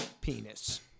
penis